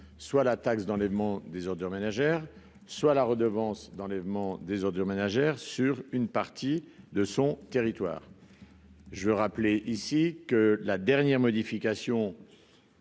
soit la taxe d'enlèvement des ordures ménagères, soit la redevance d'enlèvement des ordures ménagères sur une partie de son territoire. Dans la mesure où la dernière modification